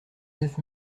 neuf